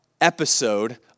episode